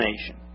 nation